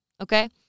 Okay